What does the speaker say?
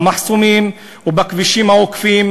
במחסומים ובכבישים העוקפים,